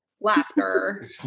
laughter